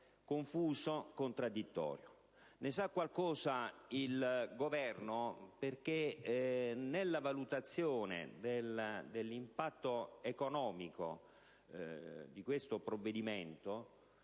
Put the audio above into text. confuso e contraddittorio. Ne sa qualcosa il Governo, che, nella valutazione dell'impatto economico di questo provvedimento,